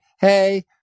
hey